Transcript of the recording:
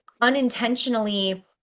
unintentionally